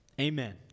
Amen